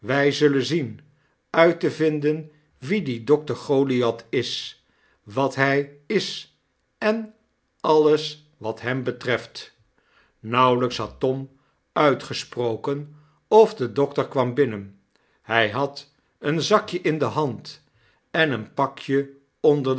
tom wijzullen zien uit te vinden wie die dokter goliath is wat hy is en alles wat hem betreft nauwelyks had tom uitgesproken of de dokter kwam binnen hy had een zakjeindehand en een pakje onder den